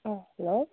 ꯑꯥ hello